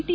T